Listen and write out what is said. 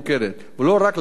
ולא רק לגבי דירת אחת,